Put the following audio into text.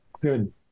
Good